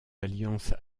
alliances